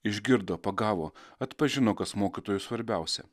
išgirdo pagavo atpažino kas mokytojui svarbiausia